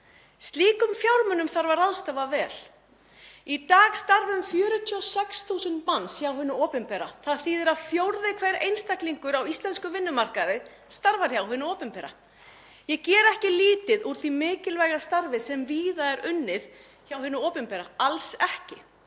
Slíkum fjármunum þarf að ráðstafa vel. Í dag starfa um 46.000 manns hjá hinu opinbera. Það þýðir að fjórði hver einstaklingur á íslenskum vinnumarkaði starfar hjá hinu opinbera. Ég geri ekki lítið úr því mikilvæga starfi sem víða er unnið hjá hinu opinbera, alls ekki.